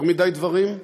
יותר מדי דברים.